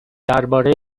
درباره